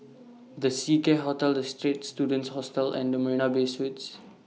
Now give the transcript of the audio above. The Seacare Hotel The Straits Students Hostel and The Marina Bay Suites